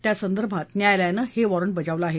त्यासंदर्भात न्यायालयानं हे वॉरंट बजावलं आहे